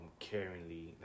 caringly